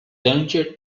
tangier